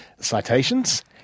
citations